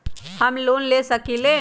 हम लोन ले सकील?